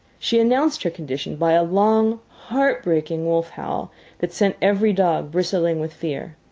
she announced her condition by a long, heartbreaking wolf howl that sent every dog bristling with fear,